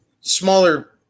smaller